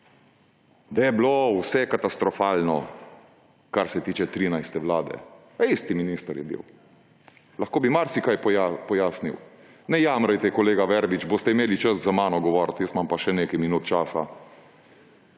da je bilo vse katastrofalno, kar se tiče 13. vlade, pa isti minister je bil. Lahko bi marsikaj pojasnil. Ne jamrajte, kolega Verbič, boste imeli čas za mano govoriti, jaz imam pa še nekaj minut časa.